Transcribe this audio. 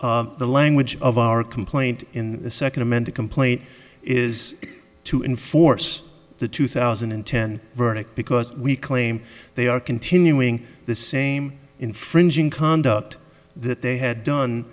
the language of our complaint in the second amended complaint is to enforce the two thousand and ten verdict because we claim they are continuing the same infringing conduct that they had done